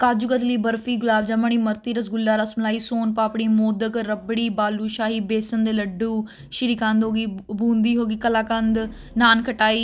ਕਾਜੂ katli barfi gulab jamun imarti rasgulla rasmalai son papdi modak rabri balushahi besan ਦੇ ਲੱਡੂ ਸ਼੍ਰੀਕਾਂਦ ਹੋ ਗਈ ਬੂੰਦੀ ਹੋ ਗਈ ਕਲਾਕੰਦ ਨਾਨ ਖਟਾਈ